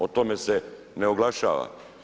O tome se ne oglašava.